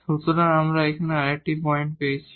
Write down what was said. সুতরাং আমরা এখানে আরেকটি পয়েন্ট পেয়েছি